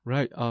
Right